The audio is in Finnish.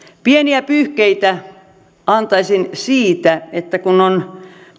pieniä pyyhkeitä antaisin siitä kun on